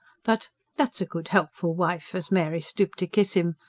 but that's a good, helpful wife, as mary stooped to kiss him.